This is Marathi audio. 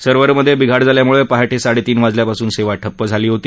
सर्व्हरमध्ये बिघाड झाल्यामुळे पहाटे साडे तीन वाजल्यापासून सेवा ठप्प झाली होती